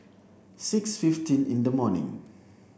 six fifteen in the morning